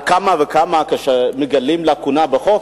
על אחת כמה וכמה כשמגלים לקונה בחוק,